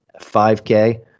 5K